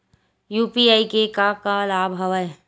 UPI के का का लाभ हवय?